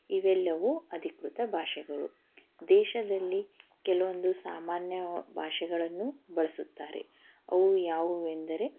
ಇವೆಲ್ಲವೂ ಅಧಿಕೃತ ಭಾಷೆಗಳು ದೇಶದಲ್ಲಿ ಕೆಲವೊಂದು ಸಾಮಾನ್ಯ ಭಾಷೆಗಳನ್ನೂ ಬಳಸುತ್ತಾರೆ ಅವು ಯಾವುವೆಂದರೆ